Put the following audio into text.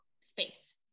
space